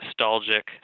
nostalgic